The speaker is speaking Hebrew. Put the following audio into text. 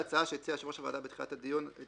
ההצעה שהציע יושב-ראש הוועדה בתחילת הדיון היה